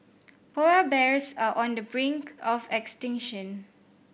polar bears are on the brink of extinction